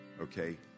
okay